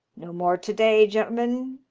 no more to-day, gen'lemen.